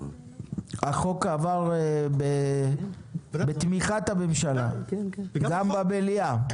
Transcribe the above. החוק עבר בתמיכת הממשלה, גם במליאה.